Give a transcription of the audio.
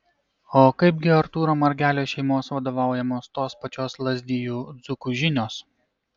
o kaip gi artūro margelio šeimos vadovaujamos tos pačios lazdijų dzūkų žinios